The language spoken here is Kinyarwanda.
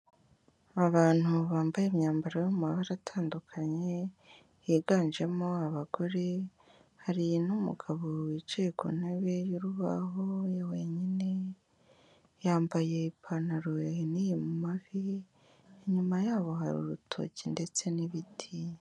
Abantu bambaye imyambaro yo mu mabara atandukanye, higanjemo abagore, hari n'umugabo wicaye ku ntebe y'urubaho ye wenyine, yambaye ipantaro yahiniye mu mavi, inyuma yabo hari urutoki ndetse n'ibiti.